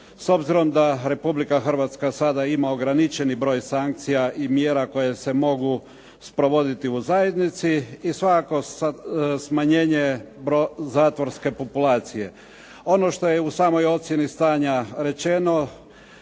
s obzirom da Republika Hrvatska sada ima ograničeni broj sankcija i mjera koje se mogu sprovoditi u zajednici i svakako smanjenje zatvorske populacije. Ono što je u samoj ocjeni stanja rečeno,